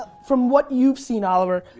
from what you've seen oliver,